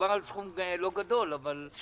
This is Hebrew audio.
מדובר על סכום לא גדול, אבל יוצר בעיה.